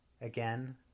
again